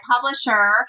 publisher